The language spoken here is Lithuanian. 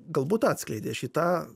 galbūt atskleidė šį tą